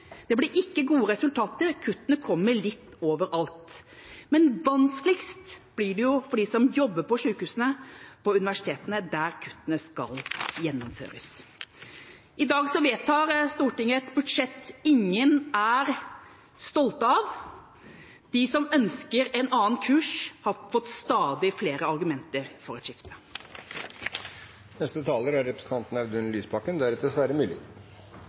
sektor blir lite klok. Det blir ikke gode resultater, kuttene kommer litt overalt, men vanskeligst blir det for dem som jobber på sykehusene og på universitetene der kuttene skal gjennomføres. I dag vedtar Stortinget et budsjett ingen er stolt av. De som ønsker en annen kurs, har fått stadig flere argumenter for et